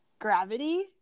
gravity